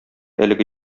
әлеге